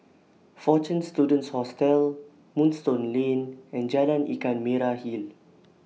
Fortune Students Hostel Moonstone Lane and Jalan Ikan Merah Hill